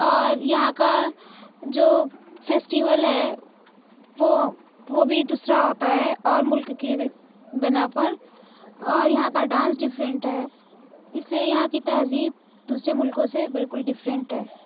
اور یہاں کا جو فیسٹیول ہے وہ وہ بھی دوسرا ہوتا ہے اور ملک کی بنا پر اور یہاں کا ڈانس ڈفرینٹ ہے اس لیے یہاں کی تہذیب دوسرے ملکوں سے بالکل ڈفرینٹ ہے